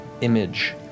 image